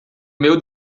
meu